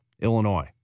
Illinois